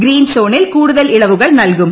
green സോണിൽ കൂടുതൽ ഇളവുകൾ നൽകും